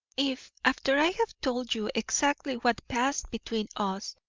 if, after i have told you exactly what passed between us,